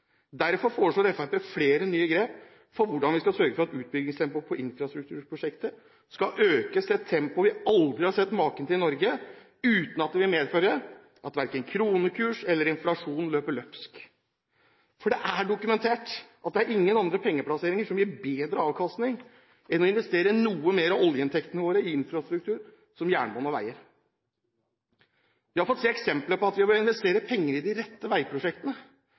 Derfor foreslår Fremskrittspartiet flere nye grep for hvordan vi skal sørge for at utbyggingstempoet på infrastrukturprosjekter skal økes til et tempo vi aldri har sett maken til i Norge – uten at det vil medføre at verken kronekurs eller inflasjon løper løpsk. Det er dokumentert at det ikke er noen andre pengeplasseringer som gir bedre avkastning, enn å investere noe mer av oljeinntektene våre i infrastruktur, som jernbane og veier. Vi har fått se eksempler på at vi ved å investere penger i de rette veiprosjektene,